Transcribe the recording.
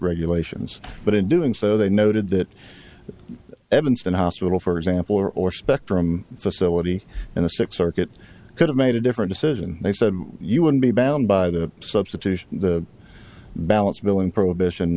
regulations but in doing so they noted that evanston hospital for example or or spectrum facility and the six circuit could have made a different decision they said you would be bound by the substitution balance billing prohibition